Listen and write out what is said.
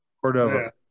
Cordova